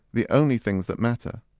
the only things that matter.